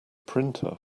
printer